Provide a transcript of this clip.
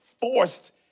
forced